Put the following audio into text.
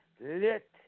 let